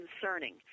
concerning